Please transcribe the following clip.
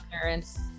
parents